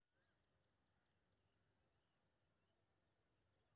कपास के खेती केसन मीट्टी में हेबाक चाही?